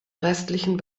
restlichen